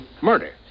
murder